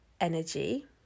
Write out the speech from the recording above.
energy